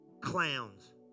Clowns